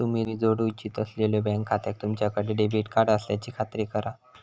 तुम्ही जोडू इच्छित असलेल्यो बँक खात्याक तुमच्याकडे डेबिट कार्ड असल्याची खात्री करा